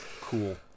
Cool